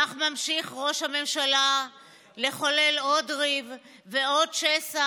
כך ממשיך ראש הממשלה לחולל עוד ריב ועוד שסע